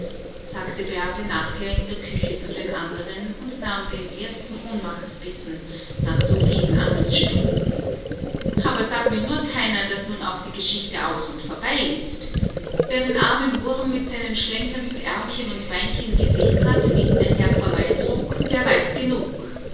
sagte bärbe nachher in der küche zu den anderen und nahm den ersten ohnmachtsbissen nach so vielen angststunden aber sag mir nur keiner daß nun auch die geschichte aus und vorbei ist wer den armen wurm mit seinen schlenkernden aermchen und beinchen gesehen hat wie ihn der herr vorbeitrug der weiß genug